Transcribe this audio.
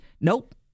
Nope